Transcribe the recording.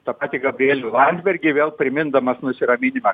tą patį gabrielių landsbergį vėl primindamas nusiraminimą